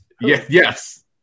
Yes